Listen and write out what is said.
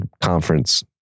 conference